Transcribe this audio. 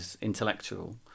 intellectual